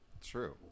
True